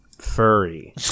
furry